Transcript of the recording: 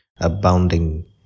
abounding